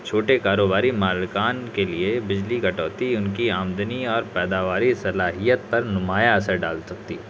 چھوٹے کاروباری مالکان کے لیے بجلی کٹوتی ان کی آمدنی اور پیداواری صلاحیت پر نمایاں اثر ڈال سکتی